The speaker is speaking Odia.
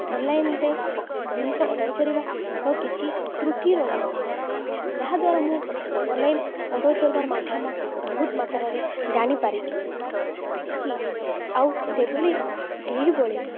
ଅନ୍ଲାଇନ୍ରେ ଜିନିଷ ଅର୍ଡ଼ର୍ କରିବାର କିଛି ତ୍ରୁଟିି ରହିବନି ଯାହା ଦ୍ୱାରା ମୁଁ ଅନ୍ଲାଇନ୍ ଅର୍ଡ଼ର୍ କରିବାର ମାଧ୍ୟମ ବହୁତ ମାତ୍ରାରେ ଜାଣିପାରିବି କି ଆଉ ସେଭଳି ସେହିଭଳି